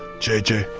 j j.